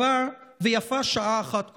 ויפה שעה אחת קודם.